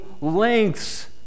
lengths